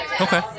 Okay